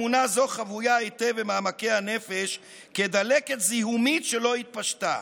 אמונה זו חבויה היטב במעמקי הנפש כדלקת זיהומית שלא התפשטה.